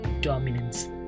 dominance